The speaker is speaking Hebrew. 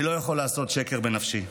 אני לא יכול לעשות שקר בנפשי.